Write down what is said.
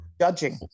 judging